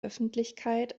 öffentlichkeit